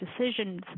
decisions